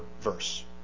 verse